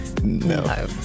No